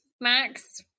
Max